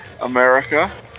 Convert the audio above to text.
America